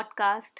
podcast